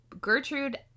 Gertrude